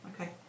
Okay